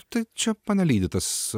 tu čia ponelygiai tas